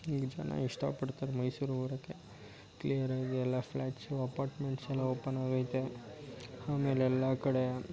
ಈಗ ಜನ ಇಷ್ಟಪಡ್ತಾರೆ ಮೈಸೂರಿಗೆ ಬರೋಕೆ ಕ್ಲಿಯರಾಗಿ ಎಲ್ಲ ಫ್ಲ್ಯಾಟ್ಸು ಅಪಾರ್ಟ್ಮೆಂಟ್ಸ್ ಎಲ್ಲ ಓಪನ್ ಆಗೈತೆ ಆಮೇಲೆ ಎಲ್ಲ ಕಡೆ